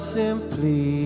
simply